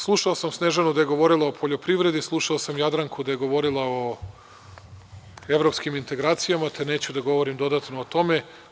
Slušao sam Snežanuda je govorila o poljoprivredi, slušao sam i Jadranku da je govorila o evropskim integracijama, te neću da govorim dodatno o tome.